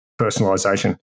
personalization